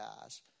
guys